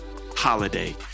Holiday